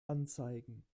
anzeigen